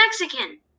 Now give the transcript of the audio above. Mexican